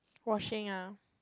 washing ah